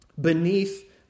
beneath